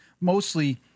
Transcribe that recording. mostly